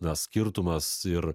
na skirtumas ir